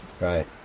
Right